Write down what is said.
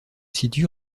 situe